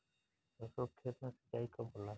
सरसों के खेत मे सिंचाई कब होला?